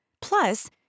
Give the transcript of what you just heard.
Plus